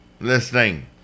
Listening